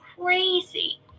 crazy